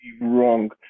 wrong